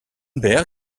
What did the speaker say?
berg